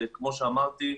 וכמו שאמרתי,